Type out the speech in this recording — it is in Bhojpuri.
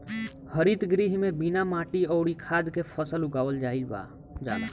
हरित गृह में बिना माटी अउरी खाद के फसल उगावल जाईल जाला